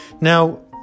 Now